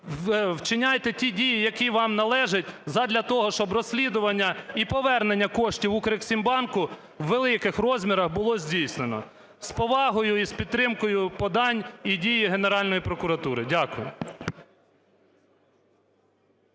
вчиняйте ті дії, які вам належить, задля того, щоб розслідування і повернення коштів "Укрексімбанку" у великих розмірах було здійснено. З повагою і з підтримкою подань і дій Генеральної прокуратури. Дякую.